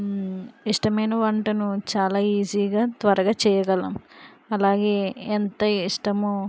ఇష్టమైన వంటను చాలా ఈజీ గా త్వరగా చేయగలం అలాగే ఎంత ఇష్టమో